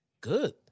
Good